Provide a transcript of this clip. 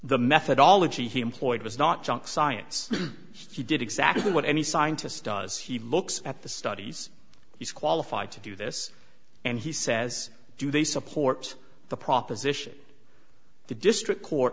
the methodology he employed was not junk science he did exactly what any scientist does he looks at the studies he's qualified to do this and he says do they support the proposition the district court